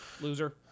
loser